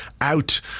out